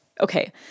Okay